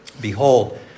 Behold